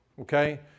Okay